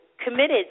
committed